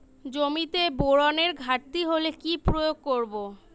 জমিতে বোরনের ঘাটতি হলে কি প্রয়োগ করব?